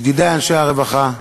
ידידי אנשי הרווחה,